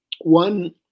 one